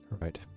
Right